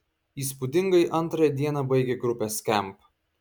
įspūdingai antrąją dieną baigė grupė skamp